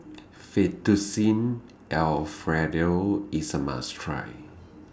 Fettuccine Alfredo IS A must Try